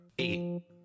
eight